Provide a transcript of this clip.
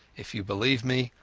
if you believe me,